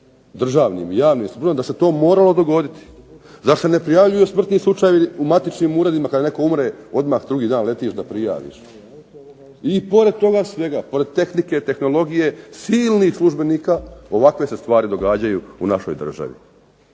državnim i javnim službama da se to moralo dogoditi. Zar se ne prijavljuju smrtni slučajevi u matičnim uredima kad netko umre, odmah drugi dan letiš da prijaviš. I pored toga svega, pored tehnike, tehnologije, silnih službenika ovakve se stvari događaju u našoj državi.